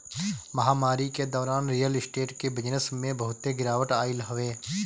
महामारी के दौरान रियल स्टेट के बिजनेस में बहुते गिरावट आइल हवे